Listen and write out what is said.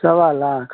Saba lakh